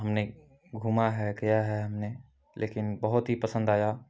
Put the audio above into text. हमने घूमा है गया है हमने लेकिन बहुत ही पसन्द आया